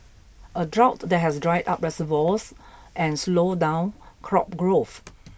a drought there has dried up reservoirs and slowed down crop growth